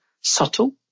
subtle